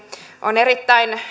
on erittäin